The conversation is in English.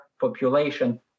population